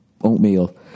Oatmeal